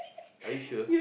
are you sure